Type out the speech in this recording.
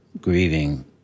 grieving